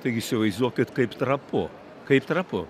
taigi įsivaizduokit kaip trapu kaip trapu